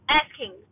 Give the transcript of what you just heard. asking